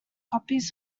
copies